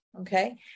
okay